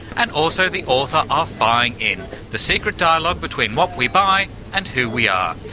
and also the author of buying in the secret dialogue between what we buy and who we are.